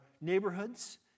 neighborhoods